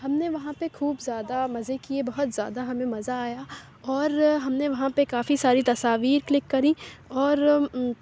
ہم نے وہاں پہ خوب زیادہ مزے کیے بہت زیادہ ہمیں مزا آیا اور ہم نے وہاں پہ کافی ساری تصاویر کلک کری اور